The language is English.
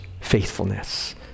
faithfulness